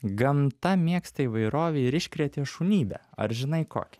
gamta mėgsta įvairovę ir iškrėtė šunybę ar žinai kokią